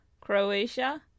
Croatia